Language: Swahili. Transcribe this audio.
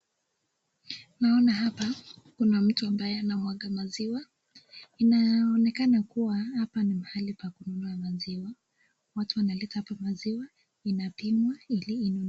Naona hapa, kuna mtu ambaye anamwaga maziwa. Inaonekana kuwa hapa ni mahali pa kununua maziwa. Watu wanaleta hapa maziwa, inapimwa ili inunuliwe